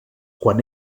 quan